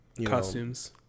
Costumes